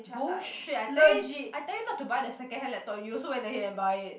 bullshit I tell you I tell you not to buy the secondhand laptop you also went ahead and buy it